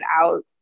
out